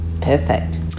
Perfect